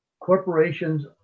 corporations